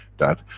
that,